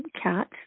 cat